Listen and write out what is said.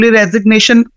resignation